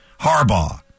Harbaugh